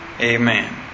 Amen